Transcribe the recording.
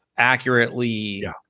accurately